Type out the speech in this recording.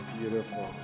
Beautiful